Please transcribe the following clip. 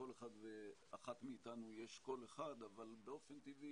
לכל אחד ואחת מאתנו יש קול אחד אבל באופן טבעי,